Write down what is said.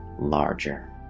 larger